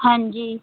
ਹਾਂਜੀ